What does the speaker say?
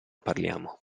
parliamo